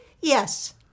yes